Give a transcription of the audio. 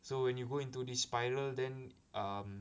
so when you go into the spiral then um